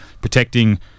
protecting